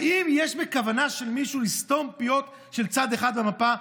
האם יש כוונה של מישהו לסתום פיות של צד אחד במפה?